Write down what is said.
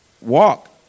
walk